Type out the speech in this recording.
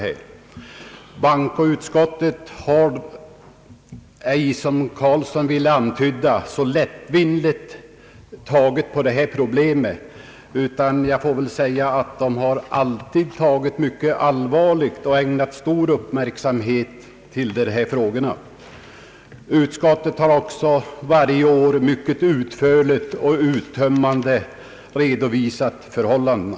Bankoutskottet har inte tagit på dessa problem så lättvindigt som herr Carlsson ville antyda, utan har alltid behandlat problemen mycket allvarligt och ägnat dem stor uppmärksamhet. Utskottet har också varje år mycket utförligt och uttömmande redovisat förhållandena.